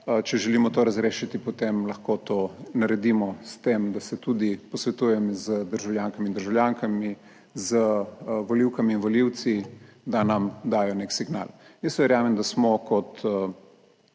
če želimo to razrešiti, potem lahko to naredimo s tem, da se tudi posvetujem z državljankami in državljani, z volivkami in volivci, da nam dajo nek signal. Jaz verjamem, da smo kot